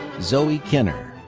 zoe kinner.